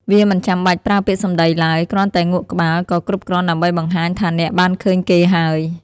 វាមិនចាំបាច់ប្រើពាក្យសម្ដីឡើយ គ្រាន់តែងក់ក្បាលក៏គ្រប់គ្រាន់ដើម្បីបង្ហាញថាអ្នកបានឃើញគេហើយ។